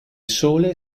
sole